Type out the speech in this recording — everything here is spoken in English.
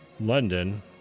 London